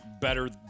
better